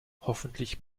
hoffentlich